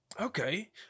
Okay